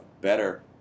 better